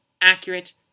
accurate